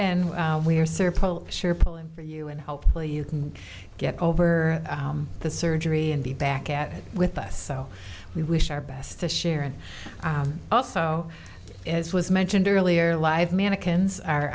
and we are sir paul sure pulling for you and hopefully you can get over the surgery and be back at it with us so we wish our best to share and also as was mentioned earlier live mannequins are